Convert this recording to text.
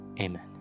Amen